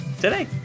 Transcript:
today